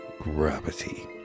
gravity